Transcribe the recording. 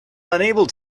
unable